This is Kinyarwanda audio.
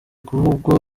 kuvugwa